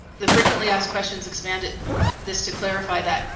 the frequently asked questions expanded this to clarify that,